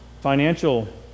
financial